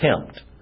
attempt